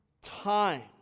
times